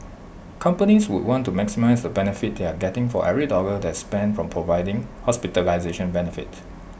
companies would want to maximise the benefit they are getting for every dollar that spent from providing hospitalisation benefit